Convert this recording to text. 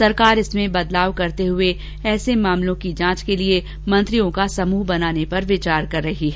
सरकार इसमें बदलाव करते हुए ऐसे मामलों की जांच के लिए मंत्रियों का एक समूह बनाने पर विचार कर रही है